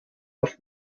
auf